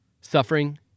Suffering